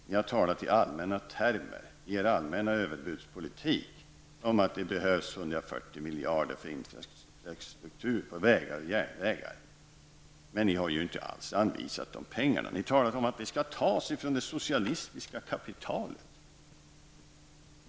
Ni har i er allmänna överbudspolitik talat i allmänna termer om att det behövs 140 miljarder för vägar och järnvägar, men ni har inte anvisat pengarna. De skall tas från det ''socialistiska kapitalet''.